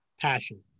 passion